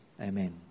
amen